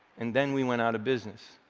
and then we went out of business,